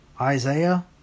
Isaiah